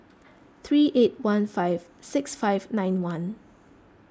three eight one five six five nine one